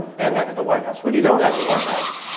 and having the white house. when you don't have the white house,